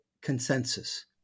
consensus